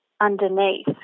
underneath